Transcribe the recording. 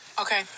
Okay